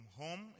home